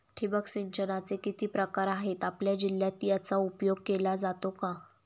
ठिबक सिंचनाचे किती प्रकार आहेत? आपल्या जिल्ह्यात याचा उपयोग केला जातो का?